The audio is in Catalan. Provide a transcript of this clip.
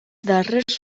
darrers